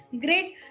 great